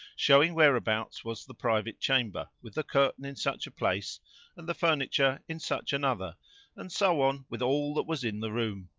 showing whereabouts was the private chamber with the curtain in such a place and the furniture in such another and so on with all that was in the room.